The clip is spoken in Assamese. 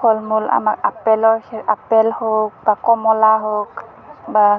ফল মূল আমাক আপেলৰ ক্ষেত্ৰত আপেল হওঁক বা কমলা হওঁক বা